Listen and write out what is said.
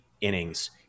innings